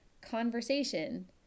conversation